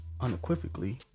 unequivocally